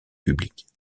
publiques